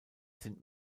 sind